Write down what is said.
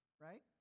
right